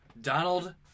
Donald